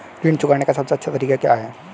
ऋण चुकाने का सबसे अच्छा तरीका क्या है?